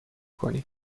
کنید